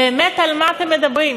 באמת, על מה אתם מדברים?